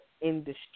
industry